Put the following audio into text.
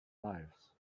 lives